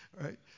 right